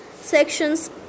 sections